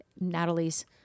Natalie's